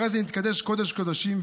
הרי זה נתקדש קודש קודשים,